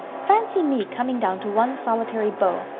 fancy me coming down to one solitary beau.